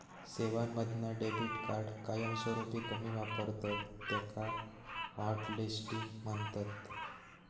सेवांमधना debit card कायमस्वरूपी कमी वापरतत त्याका हॉटलिस्टिंग म्हणतत